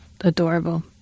adorable